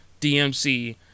DMC